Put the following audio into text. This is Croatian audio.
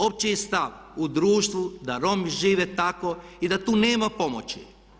Opći je stav u društvu da Romi žive tako i da tu nema pomoći.